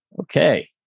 Okay